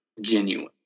genuine